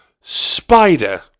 Spider